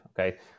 Okay